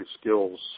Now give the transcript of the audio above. skills